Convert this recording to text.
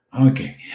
Okay